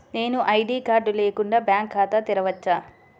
నేను ID card లేకుండా bank ఖాతా తెరవచ్చా?